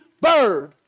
bird